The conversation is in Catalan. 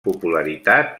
popularitat